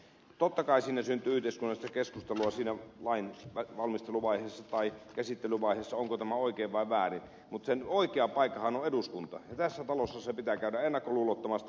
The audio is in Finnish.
totta kai sinä sen yhdysvallat keski togo siinä lain valmisteluvaiheessa tai käsittelyvaiheessa syntyy yhteiskunnallista keskustelua siitä onko tämä oikein vai väärin mutta sen keskustelun oikea paikkahan on eduskunta ja tässä talossa sitä keskustelua pitää käydä ennakkoluulottomasti